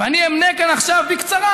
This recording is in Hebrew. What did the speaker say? אני אמנה כאן עכשיו בקצרה